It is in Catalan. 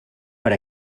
per